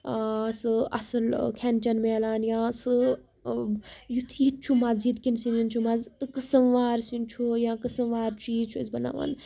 سُہ اَصٕل کھٮ۪ن چٮ۪ن مِلان یا سُہ یُتھُے ییٚتہِ چھُ مَزٕ ییٚتہِ کٮ۪ن سِنٮ۪ن چھُ مَزٕ تہٕ قٕسٕم وار سِنۍ چھُ یا قٕسٕم وار چیٖز چھُ یی چھُ أسۍ بَناوان